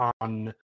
on